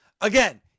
Again